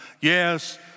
yes